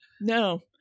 no